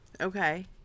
okay